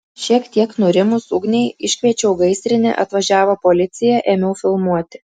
šiek tiek nurimus ugniai iškviečiau gaisrinę atvažiavo policija ėmiau filmuoti